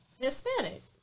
Hispanic